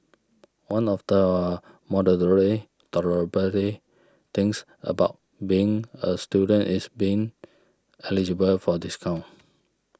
one of the tolerably things about being a student is being eligible for discounts